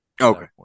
Okay